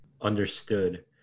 understood